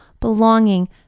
belonging